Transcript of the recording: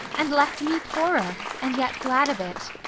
and left me poorer, and yet glad of it!